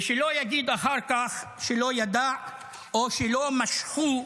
ושלא יגיד אחר כך שלא ידע או שלא משכו